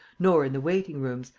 nor in the waiting-rooms,